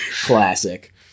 Classic